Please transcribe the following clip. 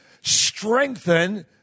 Strengthen